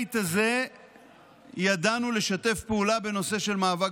בבית הזה תמיד ידענו לשתף פעולה בנושא של מאבק